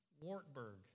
Wartburg